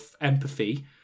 empathy